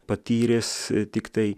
patyręs tiktai